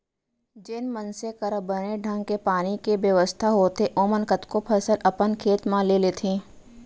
जेन मनसे करा बने ढंग के पानी के बेवस्था होथे ओमन कतको फसल अपन खेत म ले लेथें